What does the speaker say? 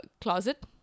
closet